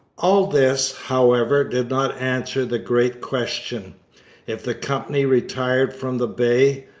all this, however, did not answer the great question if the company retired from the bay,